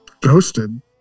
Ghosted